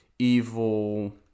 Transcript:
evil